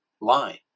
line